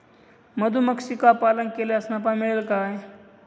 मधुमक्षिका पालन केल्यास नफा मिळेल का?